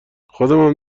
خودمم